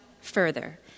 further